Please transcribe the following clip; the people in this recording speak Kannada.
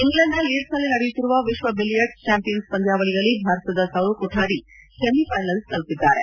ಇಂಗ್ಲೆಂಡ್ನ ಲೀಡ್ಸ್ನಲ್ಲಿ ನಡೆಯುತ್ತಿರುವ ವಿಶ್ವ ಬಿಲಿಯರ್ಡ್ಸ್ ಚಾಂಪಿಯನ್ಸ್ ಪಂದ್ಯಾವಳಿಯಲ್ಲಿ ಭಾರತದ ಸೌರವ್ ಕೊಠಾರಿ ಸೆಮಿಫೈನಲ್ಸ್ ತಲುಪಿದ್ದಾರೆ